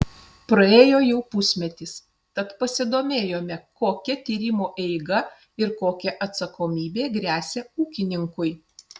praėjo jau pusmetis tad pasidomėjome kokia tyrimo eiga ir kokia atsakomybė gresia ūkininkui